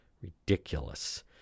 ridiculous